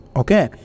okay